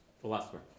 philosopher